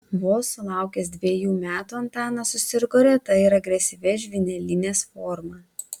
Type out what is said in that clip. vos sulaukęs dvejų metų antanas susirgo reta ir agresyvia žvynelinės forma